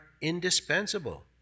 indispensable